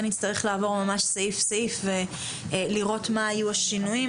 נצטרך לעבור ממש סעיף-סעיף ולראות מה היו השינויים.